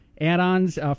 add-ons